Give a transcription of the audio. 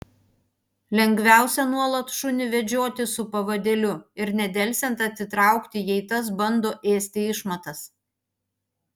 lengviausia nuolat šunį vedžioti su pavadėliu ir nedelsiant atitraukti jei tas bando ėsti išmatas